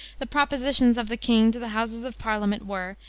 the propositions of the king to the houses of parliament were,